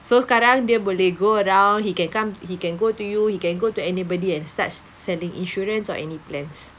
so sekarang dia boleh go around he can come he can go to you he can go to anybody and start s~ selling insurance or any plans